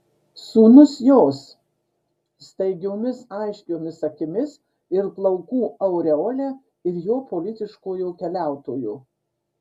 sūnus jos staigiomis aiškiomis akimis ir plaukų aureole ir jo politiškojo keliautojo